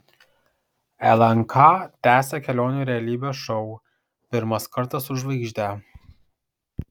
lnk tęsia kelionių realybės šou pirmas kartas su žvaigžde